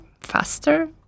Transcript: faster